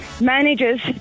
Manages